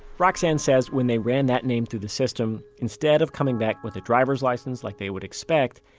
roxane says when they ran that name through the system, instead of coming back with a driver's license like they would expect,